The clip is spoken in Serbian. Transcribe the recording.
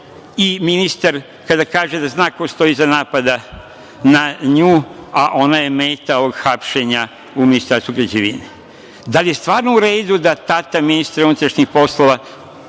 i ministar kada kaže da zna ko stoji iza napada na nju, a ona je meta ovog hapšenja u Ministarstvu građevine. Da li je stvarno u redu da se tati ministra unutrašnjih poslova